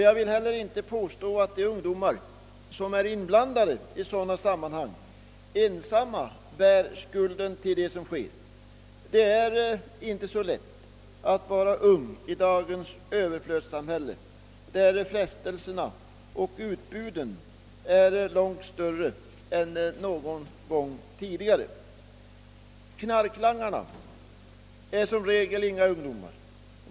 Jag vill inte heller påstå att de ungdomar som är inblandade i sådana sammanhang ensamma bär skulden till det som sker. Det är inte så lätt att vara ung i dagens överflödssamhälle, där frestelserna och utbuden är långt större än någon gång tidigare. Knarklangarna är som regel inga ungdomar.